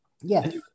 Yes